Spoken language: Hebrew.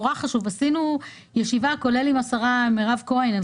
חשוב עשינו ישיבה כולל עם השרה מירב כהן,